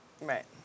right